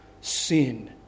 sin